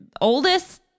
oldest